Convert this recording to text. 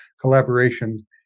collaboration